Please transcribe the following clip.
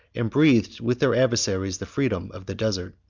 and breathed with their adversaries the freedom of the desert.